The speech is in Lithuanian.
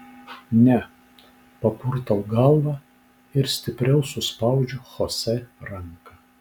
ne papurtau galvą ir stipriau suspaudžiu chosė ranką